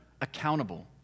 accountable